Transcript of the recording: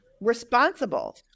responsible